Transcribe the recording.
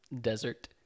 desert